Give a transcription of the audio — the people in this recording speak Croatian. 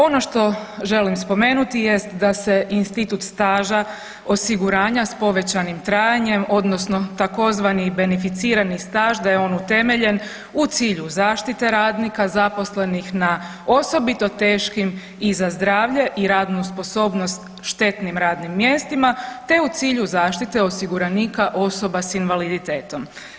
Ono što želim spomenuti jest da se institut staža osiguranja s povećanim trajanjem odnosno tzv. beneficirani radni staž da je on utemeljen u cilju zaštite radnika zaposlenih na osobito teškim i za zdravlje i radnu sposobnost štetnim radnim mjestima te u cilju zaštite osigurana osoba s invaliditetom.